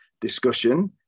discussion